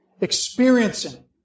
experiencing